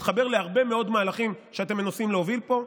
זה מתחבר להרבה מאוד מהלכים שאתם מנסים להוביל פה.